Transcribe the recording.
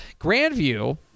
Grandview